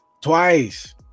Twice